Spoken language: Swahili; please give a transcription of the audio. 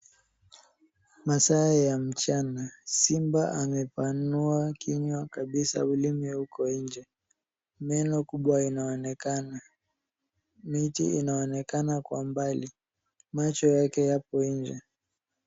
Masaa ya mchana, simba amepanua kinywa kabisa ulimi uko nje. Meno kubwa yanaonekana. Miti inaonekana kwa mbali. Macho yake yapo nje.